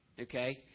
okay